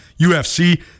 UFC